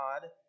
God